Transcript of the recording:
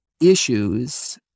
issues